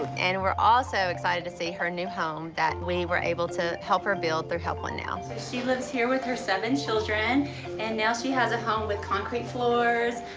and we're also excited to see her new home that we were able to help her build through help one now. she lives here with her seven children and now she has a home with concrete floors,